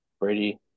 Brady